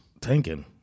tanking